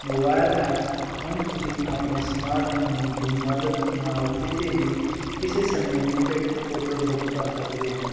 mobile apps ਹੁਣ ਤੁਸੀਂ ਆਪਣੇ ਸਮਾਰਟ ਫੋਨ ਦੀ ਮਦਦ ਨਾਲ ਕਿਤੇ ਵੀ ਕਿਸੇ ਸਮੇਂ ਵੀ ਟਿਕਟ ਹੋਟਲ ਬੁੱਕ ਕਰ ਸਕਦੇ ਹੋ